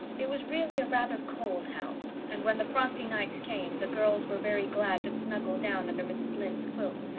it was really a rather cold house and when the frosty nights came the girls were very glad to snuggle down under mrs. lynde's quilts,